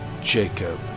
Jacob